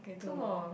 two more